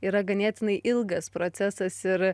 yra ganėtinai ilgas procesas ir